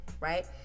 Right